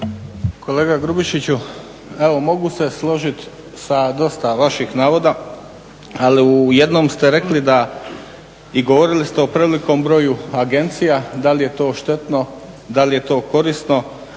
Kolega Grubišiću, evo mogu se složiti sa dosta vaših navoda, ali u jednom ste rekli da, i govorili ste o prevelikom broju agencija, da li je to štetno, da li je to korisno,